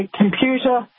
computer